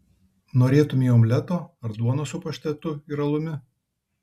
norėtumei omleto ar duonos su paštetu ir alumi